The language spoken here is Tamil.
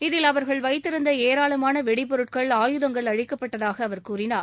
இதில் அவர்கள் வைத்திருந்த ஏராளமான வெடி பொருட்கள் ஆயுதங்கள் அழிக்கப்பட்டதாக அவர் கூறினார்